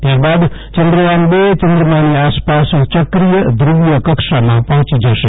ત્યારબાદ ચંદ્રયાન ર ચંદ્રમાની આસપાસ ચક્રીય ધુવ્રીય કક્ષામાં પહોંચી જશે